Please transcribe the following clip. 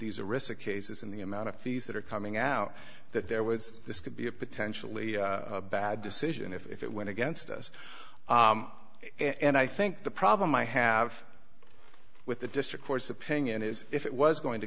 these arista cases and the amount of fees that are coming out that there was this could be a potentially bad decision if it went against us and i think the problem i have with the district court's opinion is if it was going to